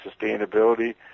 sustainability